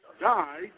died